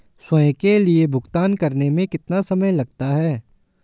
स्वयं के लिए भुगतान करने में कितना समय लगता है?